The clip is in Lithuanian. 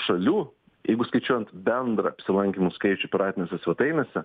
šalių jeigu skaičiuojant bendrą apsilankymų skaičių piratinėse svetainėse